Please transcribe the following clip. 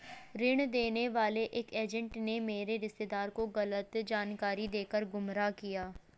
ऋण देने वाले एक एजेंट ने मेरे रिश्तेदार को गलत जानकारी देकर गुमराह किया